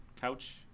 couch